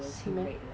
是 meh